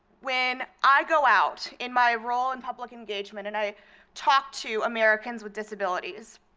when i go out in my role in public engagement, and i talk to americans with disabilities